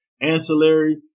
ancillary